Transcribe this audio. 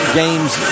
games